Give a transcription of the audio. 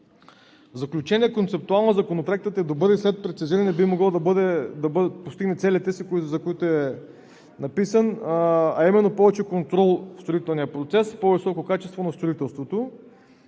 заключение концептуално Законопроектът е добър и след прецизиране би могъл да постигне целите си, за които е написан, а именно повече контрол в строителния процес – по-високо качество на строителството.